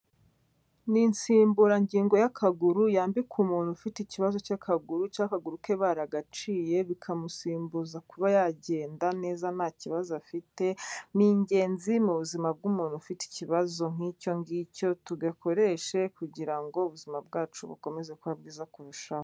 Ni insimburangingo y'akaguru yambikwa umuntu ufite ikibazo cy'akaguru ke baragaciye bikamusimbuza kuba yagenda neza nta kibazo afite, ni ingenzi mu buzima bw'umuntu ufite ikibazo nk'icyo ngicyo tugakoreshe kugira ngo ubuzima bwacu bukomeze kuba bwiza kurushaho.